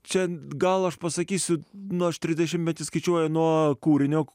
čia gal aš pasakysiu nu aš trisdešimtmetį skaičiuoju nuo kūrinio